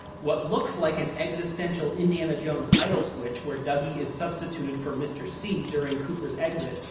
what looks like an existential indiana jones idol switch, where dougie is substituted for mr. c during cooper's exit,